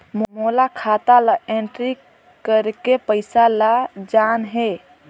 मोला खाता ला एंट्री करेके पइसा ला जान हे?